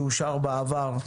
שאושר בעבר,